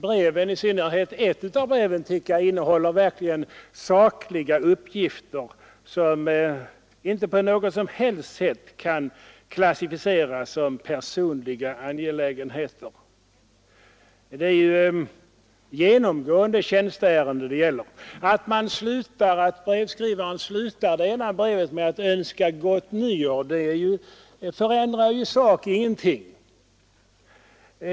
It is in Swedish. I synnerhet ett av breven tycker jag verkligen innehåller sakliga uppgifter som inte på något som helst sätt kan klassificeras som personliga angelägenheter. Det är genomgående tjänsteärenden det gäller. Att brevskrivaren slutar brevet med att önska gott nytt år förändrar i sak ingenting.